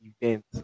event